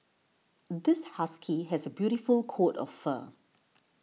this husky has a beautiful coat of fur